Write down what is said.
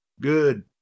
Good